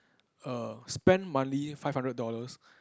err spend monthly five hundred dollars